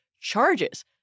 charges